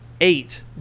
eight